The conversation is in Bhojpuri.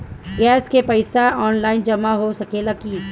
गैस के पइसा ऑनलाइन जमा हो सकेला की?